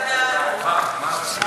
ההצעה להעביר את הצעת חוק האזרחים הוותיקים (תיקון מס' 15)